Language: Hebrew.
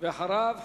ואחריו,